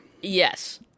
Yes